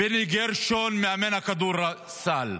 פיני גרשון, מאמן הכדורסל,